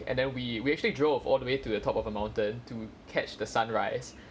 and then we we actually drove all the way to the top of a mountain to catch the sunrise